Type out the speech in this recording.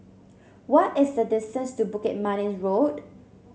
what is the distance to Bukit Manis Road